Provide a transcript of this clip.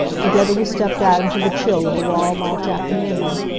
together we stepped out into the chill of the raw march afternoon.